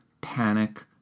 panic